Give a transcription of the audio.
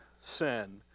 sin